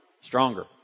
stronger